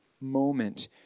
moment